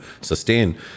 sustain